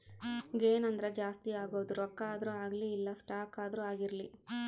gain ಅಂದ್ರ ಜಾಸ್ತಿ ಆಗೋದು ರೊಕ್ಕ ಆದ್ರೂ ಅಗ್ಲಿ ಇಲ್ಲ ಸ್ಟಾಕ್ ಆದ್ರೂ ಆಗಿರ್ಲಿ